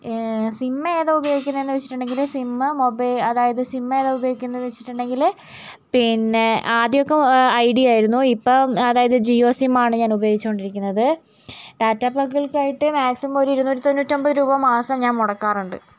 sim ഏതാ ഉപയോഗിക്കണതെന്നു വച്ചിട്ടുണ്ടെങ്കിൽ സിമ്മ് മൊബൈൽ അതായത് സിമ്മേതാ ഉപയോഗിക്കണതെന്നു വച്ചിട്ടുണ്ടെങ്കിൽ പിന്നെ ആദ്യമൊക്കെ ഐഡിയ ആയിരുന്നു ഇപ്പോൾ അതായത് ജിയോ സിമ്മാണ് ഞാൻ ഉപയോഗിച്ചുകൊണ്ടിരിക്കണത് ഡാറ്റ പാക്കുകൾക്കായിട്ട് മാക്സിമം ഒരു ഇരുന്നൂറ്റി തൊണ്ണൂറ്റി ഒൻപത് രൂപ മാസം ഞാൻ മുടക്കാറുണ്ട്